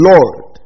Lord